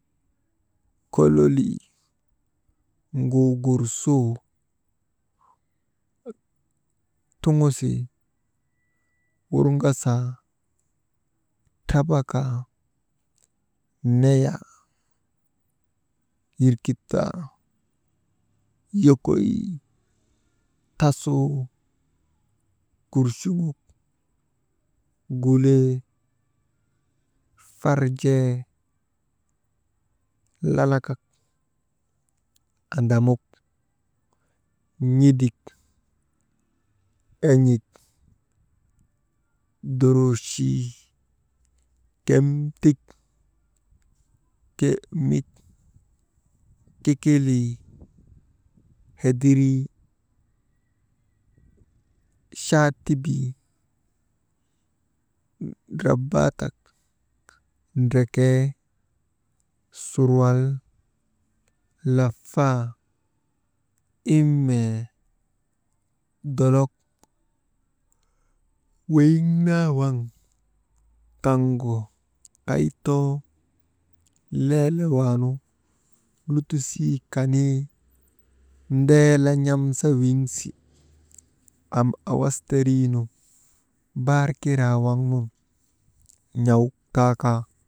Kololii, ŋuuŋursuu, tuŋisii, wurvasaa, trabakaa, neyaa, yirkitdaa, yokoyii, tasuu, gurchuŋok, gulee, farjee lalakak, andamuk, n̰idik, en̰ik duruuchii, kemtik, kemik, kikilii, hedirii, chaatibii, rabaatak, ndrekee, surwal, lafaa, imee, dolok, weyiŋ naa waŋ kaŋgu, kaytoo leelewaanu ltisii kanii, ndeele n̰amsa wiŋsi, amawasteriinu, baar kiraa waŋ nun n̰awuk taa kaa.